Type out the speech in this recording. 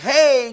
Hey